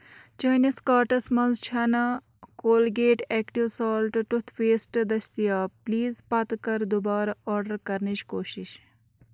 چٲنِس کاٹس منٛز چھَنہٕ Colgate active salt toothpaste دٔستِیاب پٕلیٖز پَتہٕ کَر دُبارٕ آڈَر کرنٕچ کوٗشِش